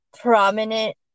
prominent